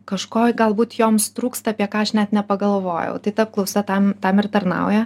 kažko galbūt joms trūksta apie ką aš net nepagalvojau tai ta apklausa tam tam ir tarnauja